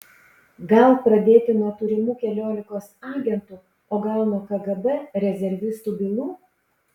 gal pradėti nuo turimų keliolikos agentų o gal nuo kgb rezervistų bylų